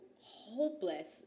hopeless